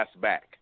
back